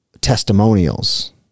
testimonials